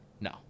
No